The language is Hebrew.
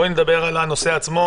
אבל נדבר על הנושא עצמו